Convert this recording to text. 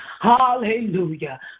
Hallelujah